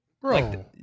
Bro